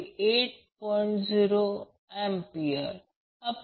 हा Ia आहे